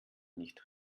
nicht